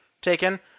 taken